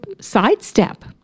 sidestep